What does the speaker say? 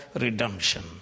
redemption